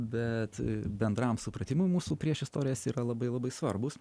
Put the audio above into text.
bet bendram supratimui mūsų priešistorės yra labai labai svarbūs